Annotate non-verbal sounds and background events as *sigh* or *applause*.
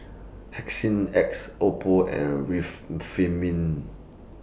*unintelligible* X Oppo and Reef *unintelligible*